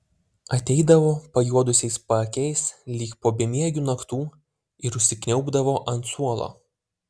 ateidavo pajuodusiais paakiais lyg po bemiegių naktų ir užsikniaubdavo ant suolo